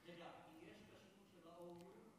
אם יש כשרות של OU זה לא טוב?